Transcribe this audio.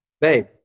babe